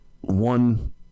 one